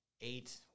eight